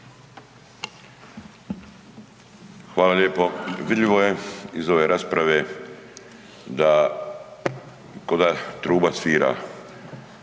Hvala lijepo. Vidljivo je iz ove rasprave, da ko da truba svira